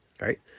right